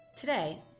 Today